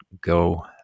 go